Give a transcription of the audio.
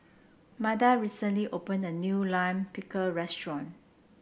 Matia recently opened a new Lime Pickle restaurant